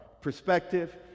perspective